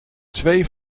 twee